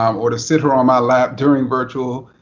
um or to sit her on my lap during virtual